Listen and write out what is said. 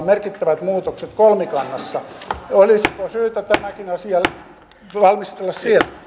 merkittävät muutokset yleensä valmistellaan kolmikannassa olisiko syytä tämäkin asia valmistella siellä